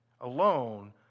alone